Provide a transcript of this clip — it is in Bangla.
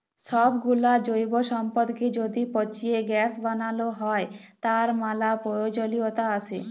সবগুলা জৈব সম্পদকে য্যদি পচিয়ে গ্যাস বানাল হ্য়, তার ম্যালা প্রয়জলিয়তা আসে